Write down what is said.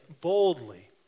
boldly